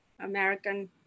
American